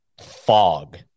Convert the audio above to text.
fog